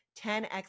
10x